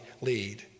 lead